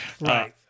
Right